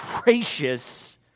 gracious